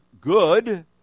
good